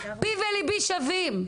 פי וליבי שווים.